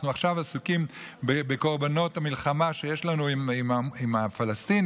אנחנו עסוקים בקורבנות המלחמה שיש לנו עם הפלסטינים,